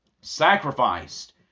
sacrificed